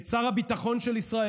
את שר הביטחון של ישראל